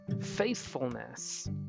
faithfulness